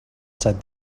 said